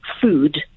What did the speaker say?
food